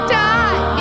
die